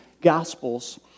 Gospels